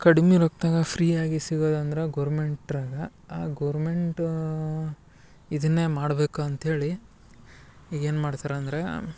ಕಡಿಮೆ ರೊಕ್ದಾಗ ಫ್ರೀಯಾಗಿ ಸಿಗೋದಂದ್ರ ಗೋರ್ಮೆಂಟ್ರಾಗ ಆ ಗೋರ್ಮೆಂಟ್ ಇದನ್ನೆ ಮಾಡ್ಬೇಕು ಅಂತ ಹೇಳಿ ಈಗೇನು ಮಾಡ್ತರಂದರೆ